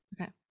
Okay